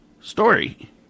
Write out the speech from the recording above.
story